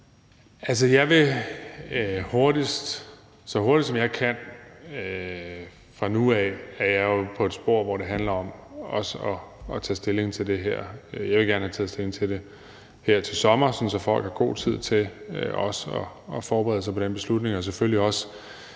stilling, så hurtigt som jeg kan. Fra nu af er jeg jo på et spor, hvor det også handler om at tage stilling til det her. Jeg vil gerne have taget stilling til det her til sommer, sådan at folk har god tid til også at forberede sig på den beslutning.